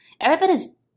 Everybody's